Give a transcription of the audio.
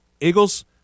Eagles